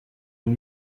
une